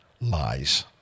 Lies